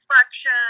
reflection